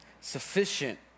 sufficient